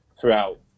throughout